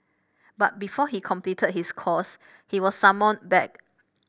but before he completed his course he was summoned back